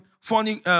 funny